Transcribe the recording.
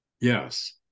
Yes